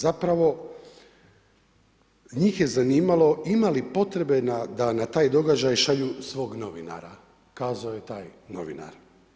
Zapravo, njih je zanimalo ima li potrebe da na taj događaj šalju svog novinara, kazao je taj novinar.